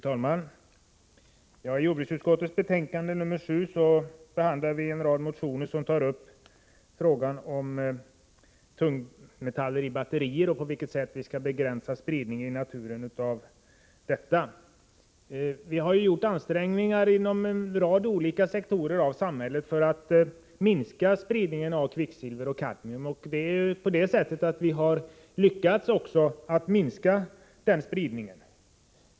Fru talman! I jordbruksutskottets betänkande nr 7 behandlar vi en rad motioner som tar upp frågan om tungmetaller i batterier och på vilket sätt vi skall begränsa spridningen i naturen av dessa. Vi har gjort ansträngningar inom en rad olika sektorer av samhället för att minska spridningen av kvicksilver och kadmium. Vi har också lyckats minska den spridningen.